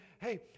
hey